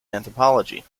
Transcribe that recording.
anthropology